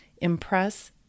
impress